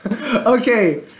Okay